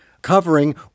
covering